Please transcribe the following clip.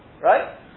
Right